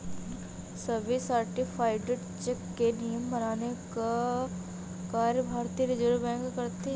सभी certified check के नियम बनाने का कार्य भारतीय रिज़र्व बैंक करती है